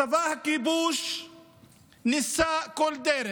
צבא הכיבוש ניסה כל דרך,